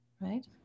right